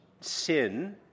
sin